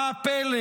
מה הפלא?